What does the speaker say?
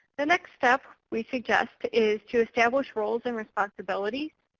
the next step we suggest is to establish roles and responsibilities.